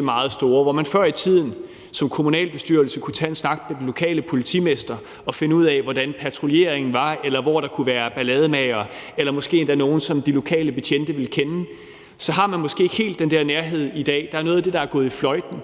blevet meget store. Hvor man før i tiden som kommunalbestyrelse kunne tage en snak med den lokale politimester og finde ud af, hvordan patruljeringen fungerede, eller hvor der kunne være ballademagere – måske endda nogle, som de lokale betjente kendte til – så har man måske ikke helt den nærhed i dag. Der er noget af det, der er gået fløjten,